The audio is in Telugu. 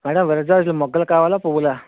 మేడం విర జాజులు మొగ్గలు కావాలా పువ్వులా